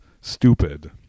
Stupid